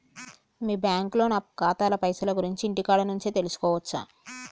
మీ బ్యాంకులో నా ఖాతాల పైసల గురించి ఇంటికాడ నుంచే తెలుసుకోవచ్చా?